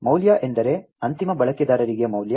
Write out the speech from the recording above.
ಮೌಲ್ಯ ಎಂದರೆ ಅಂತಿಮ ಬಳಕೆದಾರರಿಗೆ ಮೌಲ್ಯ